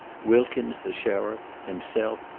wilkins the sheriff, himself,